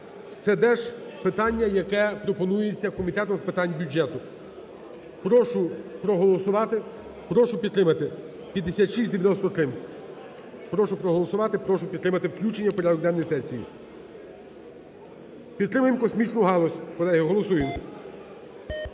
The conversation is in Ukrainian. Це теж питання, яке пропонується Комітетом з питань бюджету. Прошу проголосувати. Прошу підтримати. 5693. Прошу проголосувати, прошу підтримати включення в порядок денний сесії. Підтримаємо космічну галузь. Колеги, голосуємо.